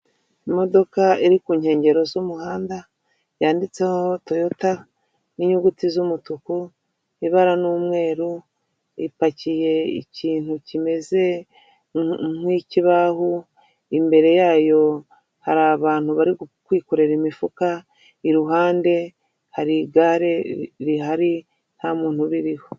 Imodoka iri ku nkengero z'umuhanda yanditseho toyota n'inyuguti z'umutuku ibara n'umweru, ipakiye ikintu kimeze nk'ikibaho, imbere yayo hari abantu bari kwikorera imifuka, iruhande hari igare rihari nta muntu uriho.